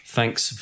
Thanks